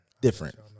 different